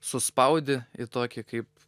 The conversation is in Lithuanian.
suspaudi į tokį kaip